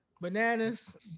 bananas